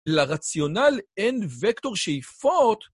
לרציונל אין וקטור שאיפות.